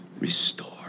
Restore